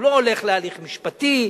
הוא לא הולך להליך משפטי,